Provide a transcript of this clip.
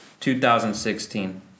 2016